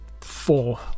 four